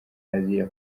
azira